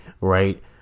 right